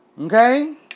Okay